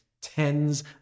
tens